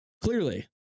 Clearly